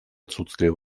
отсутствие